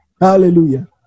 Hallelujah